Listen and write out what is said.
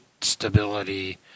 stability